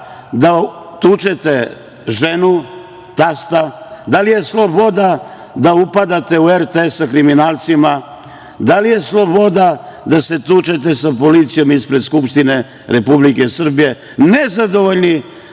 da tučete ženu, tasta? Da li je sloboda da upadate u RTS sa kriminalcima? Da li je sloboda da se tučete sa policijom ispred Skupštine Republike Srbije, nezadovoljni